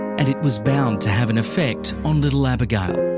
and it was bound to have an effect on little abigail.